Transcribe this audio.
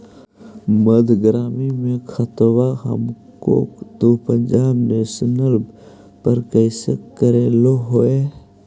मध्य ग्रामीण मे खाता हको तौ पंजाब नेशनल पर कैसे करैलहो हे?